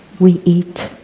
we eat.